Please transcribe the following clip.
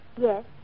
Yes